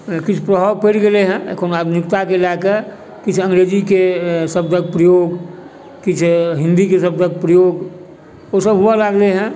किछु प्रभाव पड़ि गेलय हइ एखन आधुनिकताके लएके किछु अंग्रेजीके शब्दक प्रयोग किछु हिन्दीके शब्दक प्रयोग ओसब हुअऽ लागलइ हइ